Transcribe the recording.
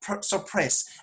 suppress